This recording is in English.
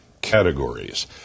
categories